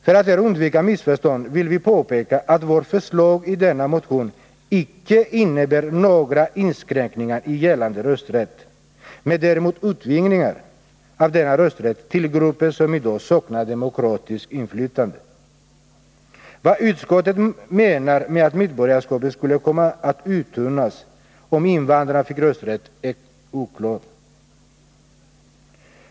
För att här undvika missförstånd vill vi påpeka att vårt förslag i denna motion icke innebär några inskränkningar i gällande rösträtt, men däremot utvidgningar av denna rösträtt till grupper som i dag saknar demokratiskt inflytande. Vad utskottet menar med att medborgarskapet skulle komma att uttunnas om invandrarna fick rösträtt är oklart.